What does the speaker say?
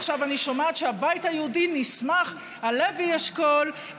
עכשיו אני שומעת שהבית היהודי נסמך על לוי אשכול,